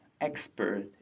expert